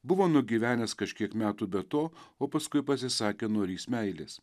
buvo nugyvenęs kažkiek metų be to o paskui pasisakė norįs meilės